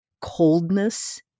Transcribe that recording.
coldness